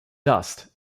dust